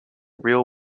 real